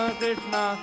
Krishna